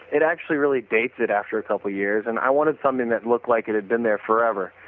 it actually really dates it after a couple of years. and i wanted something that looked like it had been there forever.